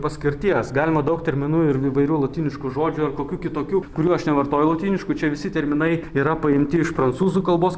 paskirties galima daug terminų ir įvairių lotyniškų žodžių ar kokių kitokių kurių aš nevartoju lotyniškų čia visi terminai yra paimti iš prancūzų kalbos